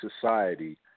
society